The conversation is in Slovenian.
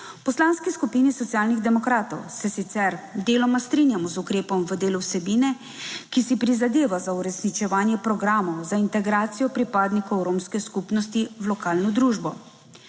Poslanski skupini Socialnih demokratov se sicer deloma strinjamo z ukrepom v delu vsebine, ki si prizadeva za uresničevanje programov za integracijo pripadnikov romske skupnosti v lokalno družbo.